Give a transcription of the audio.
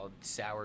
Sour